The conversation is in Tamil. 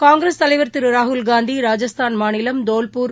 காங்கிரஸ் தலைவர் திருராகுல்காந்தி ராஜஸ்தான் மாநிலம் தோவ்பூர்